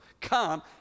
Come